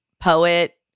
poet